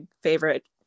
favorite